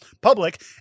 public